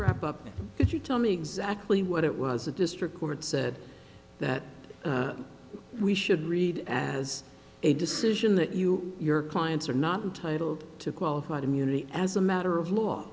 wrap up if you tell me exactly what it was a district court said that we should read as a decision that you your clients are not entitle to qualified immunity as a matter of law